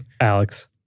Alex